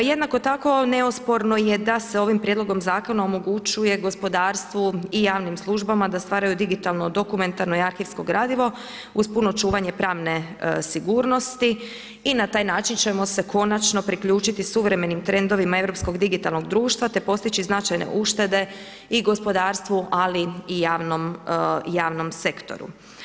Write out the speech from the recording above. Jednako tako neosporno je da se ovim prijedlogom zakona omogućuje gospodarstvu i javnim službama da stvaraju digitalno, dokumentarno i arhivsko gradivo uz puno čuvanje pravne sigurnosti i na taj način ćemo se konačno priključiti suvremenim trendovima europskog digitalnog društva te postići značajne uštede i gospodarstvu, ali i javnom sektoru.